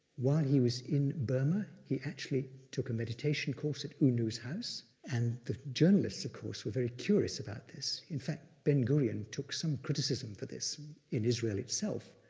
while he was in burma, he actually took a meditation course at u nu's house, and the journalists, of course, were very curious about this. in fact, ben gurion took some criticism for this in israel itself,